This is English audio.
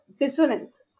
dissonance